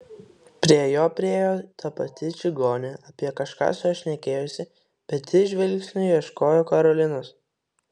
prie jo priėjo ta pati čigonė apie kažką su juo šnekėjosi bet jis žvilgsniu ieškojo karolinos